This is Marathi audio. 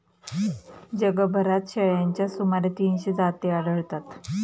जगभरात शेळ्यांच्या सुमारे तीनशे जाती आढळतात